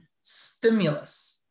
stimulus